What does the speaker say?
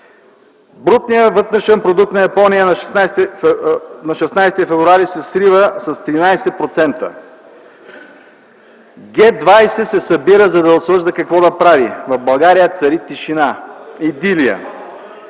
Брутният вътрешен продукт на Япония на 16 февруари се срива с 13%. Г-20 се събира, за да обсъжда какво да прави. В България цари тишина. Идилия!